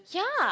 ya